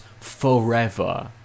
forever